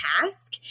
task